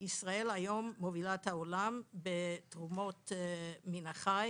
ישראל היום מובילה את העולם בתרומות מן החי